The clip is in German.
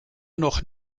noch